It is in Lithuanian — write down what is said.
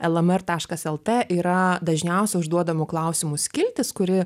lmr taškas lt yra dažniausiai užduodamų klausimų skiltis kuri